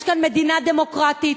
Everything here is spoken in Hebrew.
יש כאן מדינה דמוקרטית,